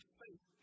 faith